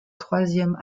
troisième